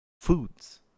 foods